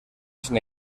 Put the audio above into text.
sin